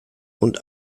und